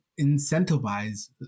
incentivize